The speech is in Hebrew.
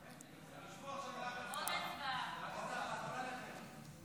(סמכות חיפוש על אדם המנסה לחדור לבית הסוהר),